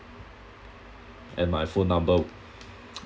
and my phone number